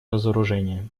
разоружение